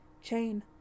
Chain